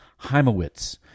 Heimowitz